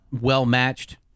well-matched